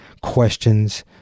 questions